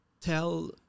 tell